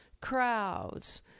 crowds